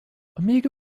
amiga